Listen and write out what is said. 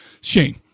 Shane